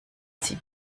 sie